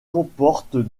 comportent